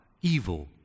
evil